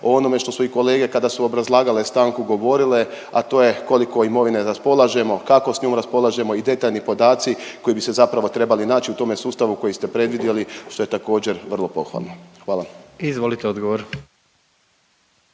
o onome što su i kolege kada su obrazlagale stanku govorile, a to je koliko imovine raspolažemo, kako s njom raspolažemo i detaljni podaci koji bi se zapravo trebali naći u tome sustavu koji ste predvidjeli što je također vrlo pohvalno. Hvala. **Jandroković,